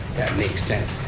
makes sense.